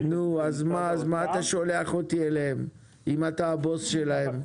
נו, אז מה אתה שולח אותי אליהם אם אתה הבוס שלהם?